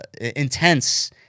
intense